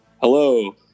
Hello